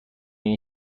این